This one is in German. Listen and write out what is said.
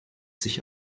sich